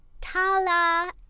Tala